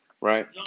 Right